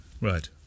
Right